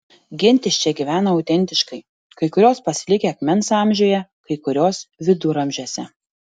gentys čia gyvena autentiškai kai kurios pasilikę akmens amžiuje kai kurios viduramžiuose